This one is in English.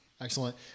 Excellent